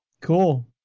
cool